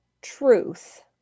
truth